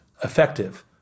effective